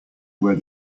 where